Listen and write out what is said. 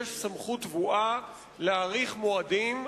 יש סמכות טבועה להאריך מועדים,